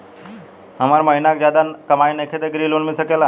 हमर महीना के ज्यादा कमाई नईखे त ग्रिहऽ लोन मिल सकेला?